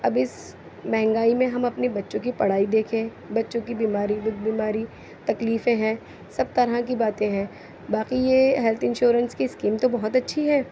اب اس مہنگائی میں ہم اپنے بچوں کی پڑھائی دیکھیں بچوں کی بیماری بیماری تکلیفیں ہیں سب طرح کی باتیں ہیں باقی یہ ہیلتھ انشورینس کی اسکیم تو بہت اچھی ہے